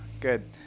Good